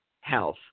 health